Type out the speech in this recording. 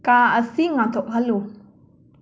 ꯀꯥ ꯑꯁꯤ ꯉꯥꯟꯊꯣꯛꯍꯜꯂꯨ